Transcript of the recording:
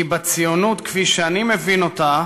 כי בציונות כפי שאני מבין אותה,